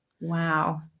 Wow